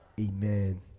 Amen